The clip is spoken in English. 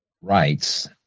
rights